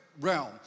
realm